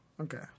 Okay